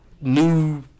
new